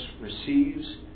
receives